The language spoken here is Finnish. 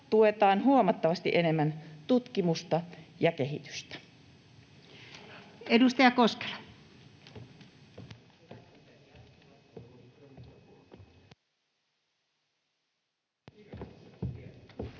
tuetaan huomattavasti enemmän tutkimusta ja kehitystä.” Edustaja Koskela. Arvoisa